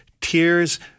tears